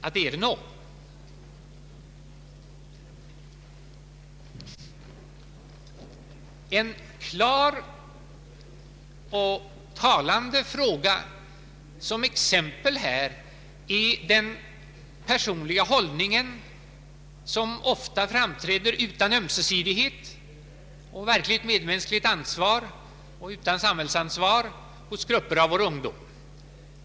Ett klart och talande exempel är den personliga hållning som ofta framträder utan ömsesidighet och verkligt medmänskligt ansvar och utan samhällsansvar hos grupper av vår ungdom.